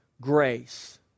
grace